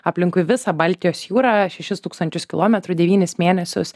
aplinkui visą baltijos jūrą šešis tūkstančius kilometrų devynis mėnesius